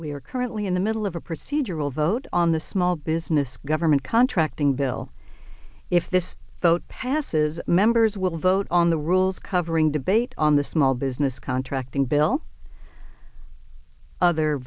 we are currently in the middle of a procedural vote on the small business government contracting bill if this vote passes members will vote on the rules covering debate on the small business contracting bill other